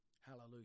Hallelujah